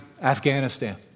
Afghanistan